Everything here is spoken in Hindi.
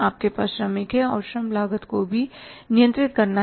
आपके पास श्रमिक है और श्रम लागत को भी नियंत्रित करना हैं